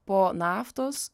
po naftos